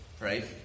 right